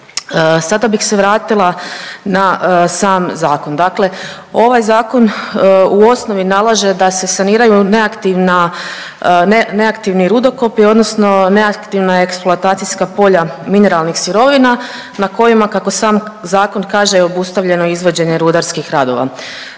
Sada bih se vratila na sam zakon. Dakle ovaj Zakon u osnovi nalaže da se saniraju neaktivni rudokopi odnosno neaktivna eksploatacijska polja mineralnih sirovina na kojima, kako sam zakon kaže, je obustavljeno izvođenje rudarskih radova.